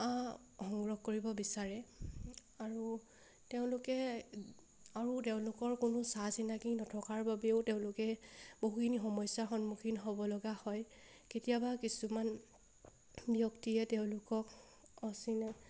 সংগ্ৰহ কৰিব বিচাৰে আৰু তেওঁলোকে আৰু তেওঁলোকৰ কোনো চা চিনাকি নথকাৰ বাবেও তেওঁলোকে বহুখিনি সমস্যাৰ সন্মুখীন হ'বলগা হয় কেতিয়াবা কিছুমান ব্যক্তিয়ে তেওঁলোকক অচিনাকি